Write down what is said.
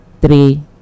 three